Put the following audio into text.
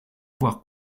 avoir